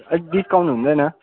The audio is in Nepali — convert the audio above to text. अलिक डिस्काउन्ट हुँदैन